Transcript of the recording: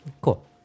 cool